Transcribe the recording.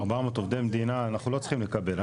400 עובדי מדינה אנחנו לא צריכים לקבל.